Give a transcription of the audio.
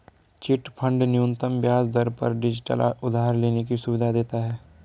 chit fund न्यूनतम ब्याज दर पर डिजिटल उधार लेने की सुविधा देता है